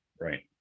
Right